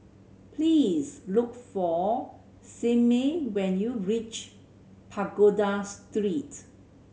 please look for Simmie when you reach Pagoda Street